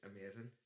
amazing